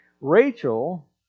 Rachel